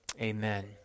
Amen